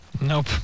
Nope